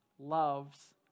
loves